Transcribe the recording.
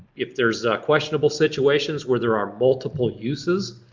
if there's questionable situations where there are multiple uses,